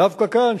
דווקא כאן,